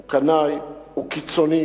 הוא קנאי, הוא קיצוני